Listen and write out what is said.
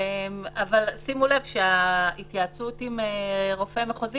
אבל שימו לב שההתייעצות עם רופא מחוזי